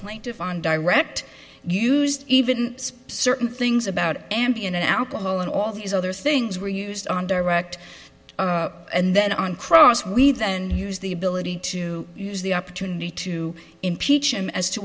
plaintiff on direct used even sp's certain things about ambien and alcohol and all these other things were used on direct and then on cross we then use the ability to use the opportunity to impeach him as to